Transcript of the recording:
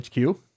HQ